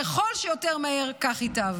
ככל שיותר מהר, ככה ייטב.